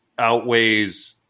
outweighs